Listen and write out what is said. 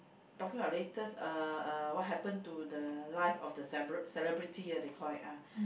talking about latest uh uh what happen to the life of the celeb~ celebrity ah they call it ah